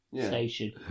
station